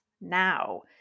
now